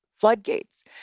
floodgates